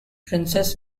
princess